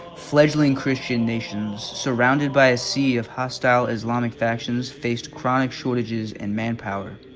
fledgling christian nations surrounded by a sea of hostile islamic factions faced chronic shortages and manpower.